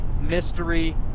mystery